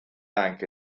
anche